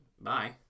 Bye